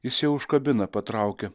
jis jau užkabina patraukia